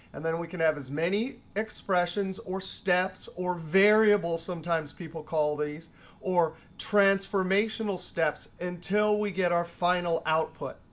and then we can have as many expressions or steps or variables sometimes people call these or transformational steps until we get our final output.